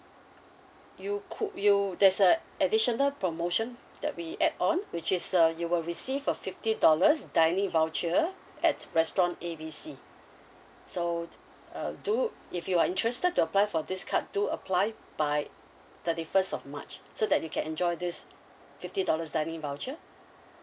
you could you there's a additional promotion that we add on which is uh you will receive a fifty dollars dining voucher at restaurant A B C so uh do you if you are interested to apply for this card do apply by thirty first of march so that you can enjoy this fifty dollars dining voucher